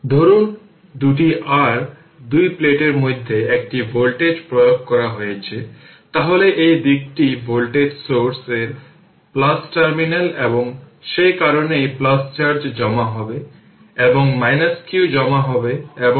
ধরুন দুটি r দুই প্লেটের মধ্যে একটি ভোল্টেজ প্রয়োগ করা হয়েছে তাহলে এই দিকটি ভোল্টেজ সোর্স এর টার্মিনাল এবং সেই কারণেই চার্জ জমা হবে এবং q জমা হবে এবং মোট চার্জ হবে 0